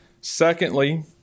Secondly